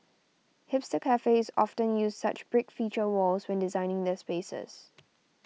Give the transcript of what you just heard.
hipster cafes often use such brick feature walls when designing their spaces